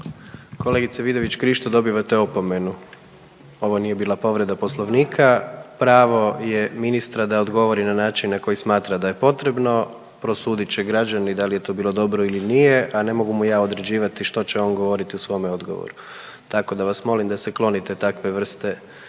Kolegice Vidović Krišto dobivate opomenu. Ovo nije bila povreda Poslovnika. Pravo je ministra da odgovori na način na koji smatra da je potrebno, prosudit će građani da li je to bilo dobro ili nije, a ne mogu mu ja određivati što će on govoriti u svome odgovoru. Tako da vas molim da se klonite takve vrste